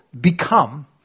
become